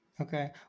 Okay